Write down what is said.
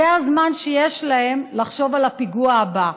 זה הזמן שיש להם לחשוב על הפיגוע הבא.